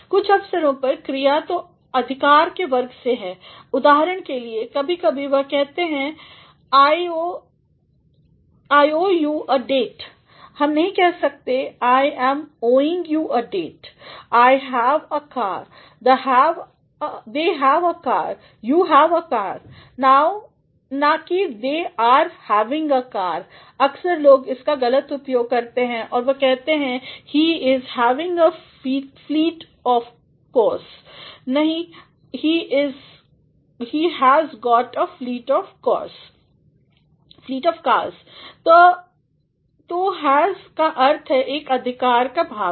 कुछ अवसरों पर क्रिया जो अधिकार के वर्ग से हैं उदाहरण के लिए कभी कभी हम कहते हैं I owe you a debt हम नहीं कह सकते हैं I am owing you a debt I have a car they have a car you have a car ना कि they are having a car अक्सर लोग इसका गलत उपयोग करते हैं और वह कहते हैं he is having a fleet of cars नहीं he has got a fleet of cars तो हैस का अर्थ हैएक अधिकार का भावना